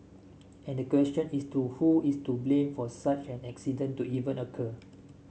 and the question is to who is to blame for such an accident to even occur